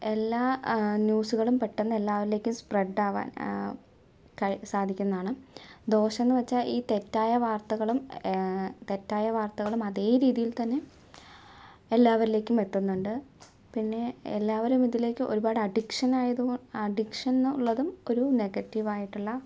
എല്ലാ ന്യൂസുകളും പെട്ടെന്ന് എല്ലാവരിലേക്കും സ്പ്രെഡ് ആകാൻ കഴി സാധിക്കുന്നതാണ് ദോഷം എന്ന് വെച്ചാൽ ഈ തെറ്റായ വാർത്തകളും തെറ്റായ വാർത്തകളും അതേ രീതിയിൽ തന്നെ എല്ലാവരിലേക്കും എത്തുന്നുണ്ട് പിന്നെ എല്ലാവരും ഇതിലേക്ക് ഒരുപാട് അഡിക്ഷൻ ആയതു അഡിക്ഷൻ എന്നുള്ളതും ഒരു നെഗറ്റീവ് ആയിട്ടുള്ള